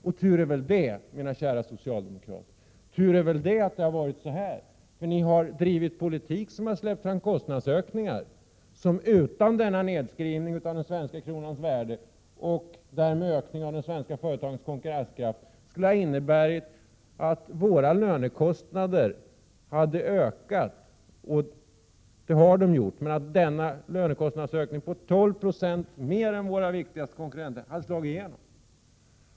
Och tur är väl det, mina kära socialdemokrater, att det har varit så här, för ni har drivit en politik som utan den här nedskrivningen av den svenska kronans värde och därmed följande förbättring av företagens konkurrenskraft skulle ha inneburit att lönekostnadsökningar på 12 20 mer än i våra viktigaste konkurrentländer hade slagit igenom.